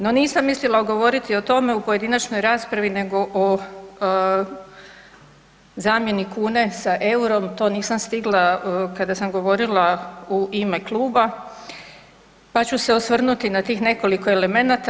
No nisam mislila govoriti o tome u pojedinačnoj raspravi nego o zamjeni kune sa EUR-om, to nisam stigla kada sam govorila u ime kluba, pa ću se osvrnuti na tih nekoliko elemenata.